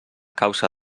causa